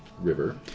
river